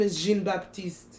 Jean-Baptiste